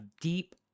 deep